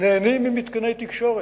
נהנים ממתקני תקשורת.